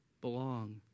belong